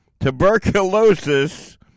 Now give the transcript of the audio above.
Tuberculosis